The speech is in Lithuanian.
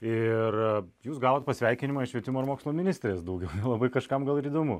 ir jūs gauvot pasveikinimą iš švietimo ir mokslo ministrės daugiau labai kažkam gal įdomu